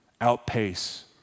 outpace